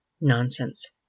Nonsense